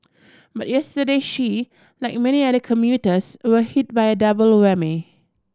but yesterday she like many other commuters were hit by a double whammy